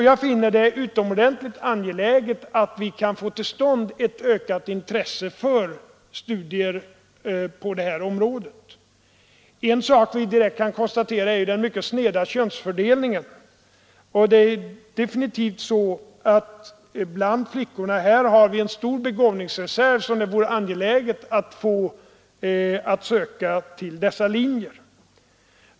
Jag finner det utomordentligt angeläget att vi kan få till stånd ett ökat intresse för studier på detta område. En sak som vi direkt kan konstatera är den mycket sneda könsfördelningen. Vi har definitivt bland flickorna en stor begåvningsreserv, och det vore angeläget att få flickorna att söka till dessa linjer.